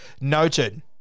noted